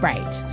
Right